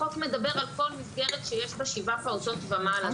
החוק מדבר על כל מסגרת שיש בה שבעה פעוטות ומעלה.